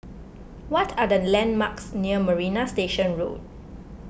what are the landmarks near Marina Station Road